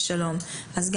נחום,